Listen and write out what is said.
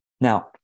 Now